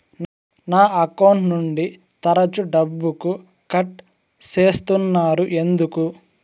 నా అకౌంట్ నుండి తరచు డబ్బుకు కట్ సేస్తున్నారు ఎందుకు